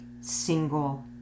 single